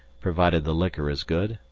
provided the liquor is good,